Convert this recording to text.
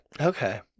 okay